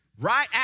Right